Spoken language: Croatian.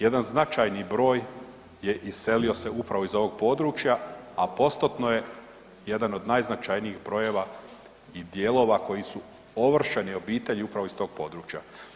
Jedan značajni broj je iselio se upravo iz ovog područja a postotno je jedan od najznačajnijih brojeva i dijelova koji su ovršeni obitelji upravo iz tog područja.